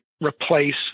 replace